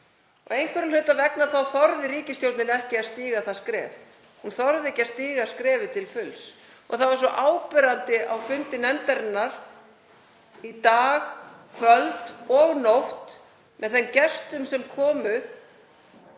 Einhverra hluta vegna þorði ríkisstjórnin ekki að stíga það skref, hún þorði ekki að stíga skrefið til fulls. Það var svo áberandi á fundi nefndarinnar í dag, kvöld og nótt, með þeim gestum sem komu,